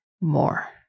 more